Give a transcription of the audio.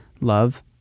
love